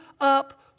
up